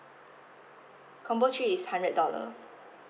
combo three is hundred dollar